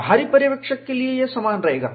बाहरी पर्यवेक्षक के लिए यह समान रहेगा